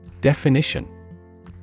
Definition